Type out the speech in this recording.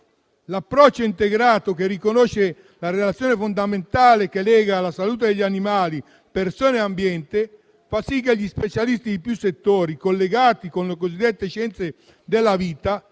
L'approccio integrato che riconosce la relazione fondamentale che lega la salute degli animali a persone e ambiente fa sì che gli specialisti di più settori, collegati con le cosiddette scienze della vita,